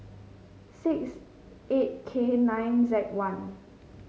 six eight K nine Z one